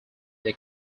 they